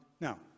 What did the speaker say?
now